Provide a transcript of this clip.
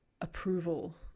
approval